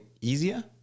easier